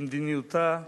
במדיניותה,